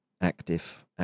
active